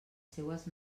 seues